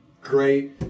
great